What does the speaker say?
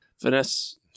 Vanessa